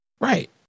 Right